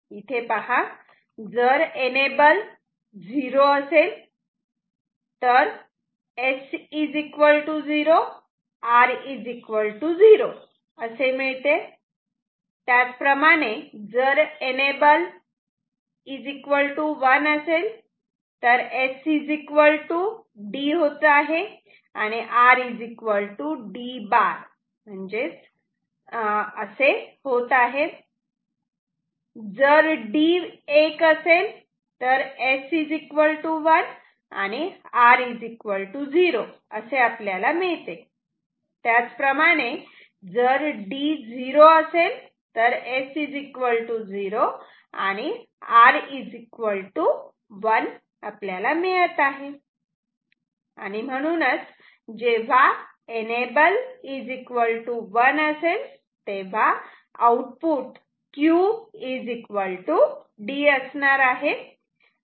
जर EN 0 S0 R0 जर EN 1 S D R D जर D 1 S1 R 0 D 0 S 0 R 1 जेव्हा EN 1 Q D